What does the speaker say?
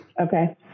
okay